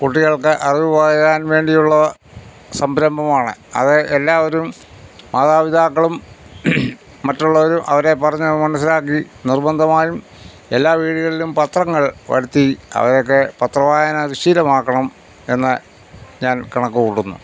കുട്ടികൾക്ക് അറിവ് പകരാൻ വേണ്ടിയുള്ള സംരംഭമാണ് അത് എല്ലാവരും മാതാപിതാക്കളും മറ്റുള്ളവരും അവരെ പറഞ്ഞു മനസ്സിലാക്കി നിർബന്ധമായും എല്ലാ വീടുകളിലും പത്രങ്ങൾ വരുത്തി അവരൊക്കെ പത്രവായന ഒരു ശീലമാക്കണം എന്ന് ഞാൻ കണക്കുകൂട്ടുന്നു